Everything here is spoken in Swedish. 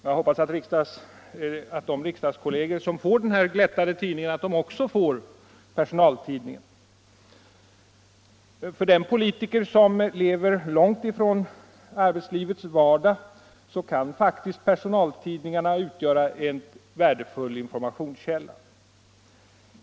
Jag hoppas att de riksdagskolleger som får den här glättade tidningen också får personaltidningen. För den politiker som lever långt ifrån arbetslivets vardag kan personaltidningarna utgöra en värdefull informationskälla.